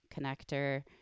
connector